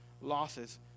losses